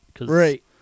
Right